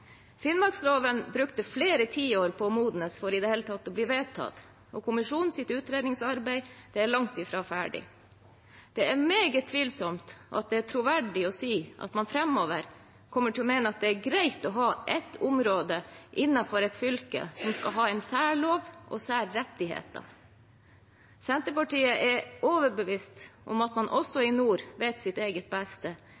finnmarksloven og den pågående rettighetsavklaringen. Finnmarksloven brukte flere tiår på å modnes for i det hele tatt å bli vedtatt, og kommisjonens utredningsarbeid er langt fra ferdig. Det er meget tvilsomt om det er troverdig framover å mene at det er greit å ha ett område innenfor et fylke som skal ha en særlov og særrettigheter. Senterpartiet er overbevist om at man også